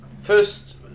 First